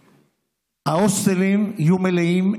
ההוסטלים יהיו מלאים.